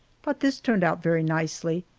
but this turned out very nicely,